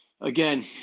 again